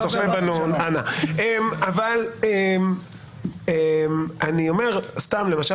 אבל אני יודע שלמשל